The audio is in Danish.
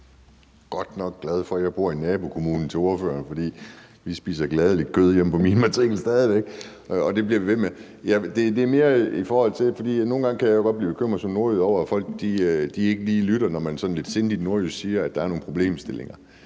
Jeg er godt nok glad for, at jeg bor i nabokommunen til ordførerens kommune, for vi spiser gladeligt kød hjemme på min matrikel stadig væk, og det bliver vi ved med. Det er mere det, at jeg nogle gange godt som nordjyde kan blive bekymret over, at folk ikke lige lytter, når man sådan lidt sindigt nordjysk siger, at der er nogle problemstillinger.